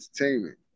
entertainment